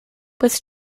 was